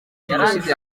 jenoside